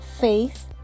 faith